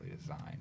designed